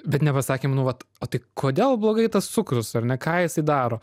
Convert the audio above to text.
bet nepasakėm nu vat o tai kodėl blogai tas cukrus ar ne ką jisai daro